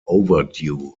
overdue